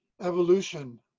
evolution